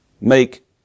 make